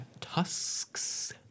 tusks